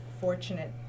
fortunate